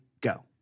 go